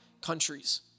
countries